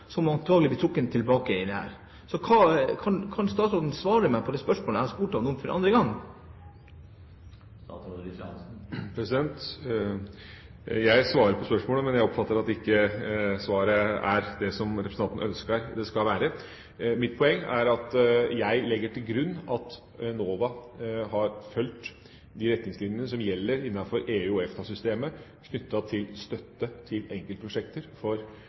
for andre gang? Jeg svarer på spørsmålet, men jeg oppfatter at svaret ikke er det som representanten ønsker det skal være. Mitt poeng er at jeg legger til grunn at Enova har fulgt de retningslinjer som gjelder innenfor EU- og EFTA-systemet knyttet til støtte til enkeltprosjekter